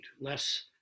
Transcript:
less